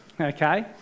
Okay